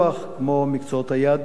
כמו מקצועות היהדות,